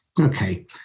Okay